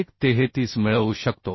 133 मिळवू शकतो